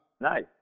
Nice